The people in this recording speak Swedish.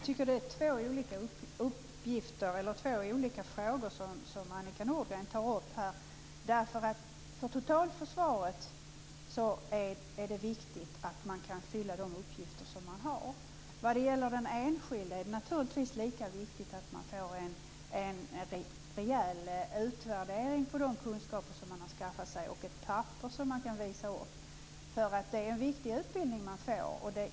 Fru talman! Jag tycker att det är två olika frågor som Annika Nordgren tar upp. För totalförsvaret är det nämligen viktigt att fylla de uppgifter man har, men för den enskilde är det naturligtvis lika viktigt att man får en rejäl utvärdering av de kunskaper man har skaffat sig och ett papper att visa upp. Det är ju en viktig utbildning som man får.